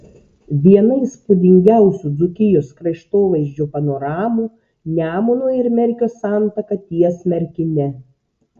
viena įspūdingiausių dzūkijos kraštovaizdžio panoramų nemuno ir merkio santaka ties merkine